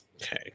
Okay